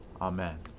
Amen